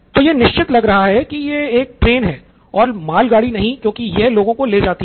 तो यह निश्चित लग रहा है की यह एक यात्री ट्रेन है और माल गाड़ी नहीं है क्योंकि यह लोगों को ले जाती है